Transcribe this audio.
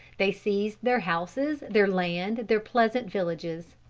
they seized their houses, their lands, their pleasant villages.